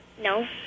No